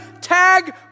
tag